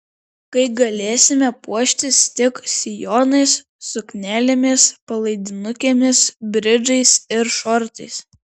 kai galėsime puoštis tik sijonais suknelėmis palaidinukėmis bridžais ir šortais